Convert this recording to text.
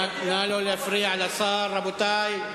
נא לא להפריע לשר, רבותי.